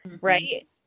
right